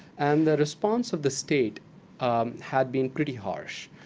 and the response of the state had been pretty harsh.